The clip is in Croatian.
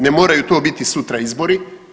Ne moraju to biti sutra izbori.